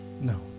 No